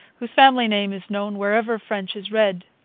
whose family name is known wherever french is read.